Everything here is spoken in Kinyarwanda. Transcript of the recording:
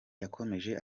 yakomeje